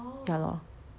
ya lor